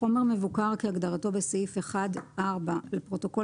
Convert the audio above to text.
חומר מבוקר כהגדרתו בסעיף 1(4) לפרוטוקול